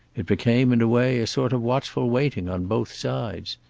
it became, in a way, a sort of watchful waiting on both sides.